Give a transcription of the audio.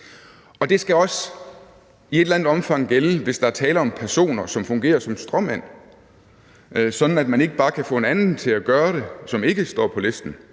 Det skal også i et eller andet omfang gælde, hvis der er tale om personer, som fungerer som stråmænd, sådan at man ikke bare kan få en anden, som ikke står på listen,